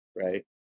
right